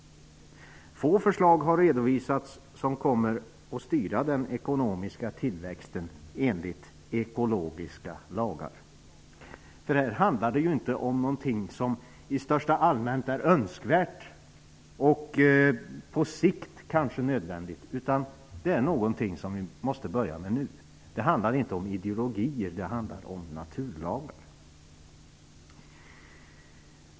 Få förslag som kommer att styra den ekonomiska tillväxten enligt ekologiska lagar har redovisats. Det handlar ju inte om någonting som är önskvärt i största allmänhet och kanske nödvändigt på sikt, utan det är någonting som vi måste börja med nu. Det handlar inte om ideologier; det handlar om naturlagar.